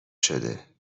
شده